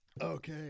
Okay